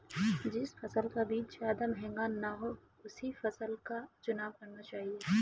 जिस फसल का बीज ज्यादा महंगा ना हो उसी फसल का चुनाव करना चाहिए